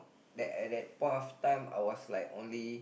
at that point of time I was like only